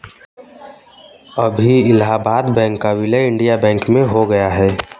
अभी इलाहाबाद बैंक का विलय इंडियन बैंक में हो गया है